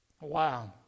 Wow